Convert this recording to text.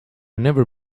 never